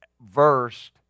versed